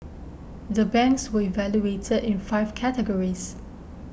the banks were evaluated in five categories